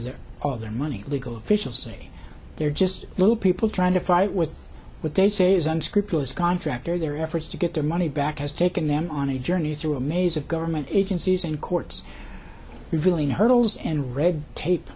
their of their money legal officials say they're just little people trying to fight with what they say is unscrupulous contractor their efforts to get their money back has taken them on a journey through a maze of government agencies and courts revealing hurdles and red tape